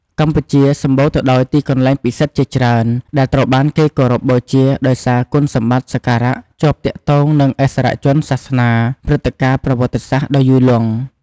កម្ពុជាសម្បូរទៅដោយទីកន្លែងពិសិដ្ឋជាច្រើន ដែលត្រូវបានគេគោរពបូជាដោយសារគុណសម្បត្តិសក្ការៈ ជាប់ទាក់ទងនឹងឥស្សរជនសាសនា ព្រឹត្តិការណ៍ប្រវត្តិសាស្ត្រ ដ៏យូរលង់។